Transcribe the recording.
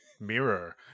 mirror